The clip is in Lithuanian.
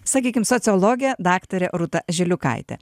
sakykim sociologė daktarė rūta žiliukaitė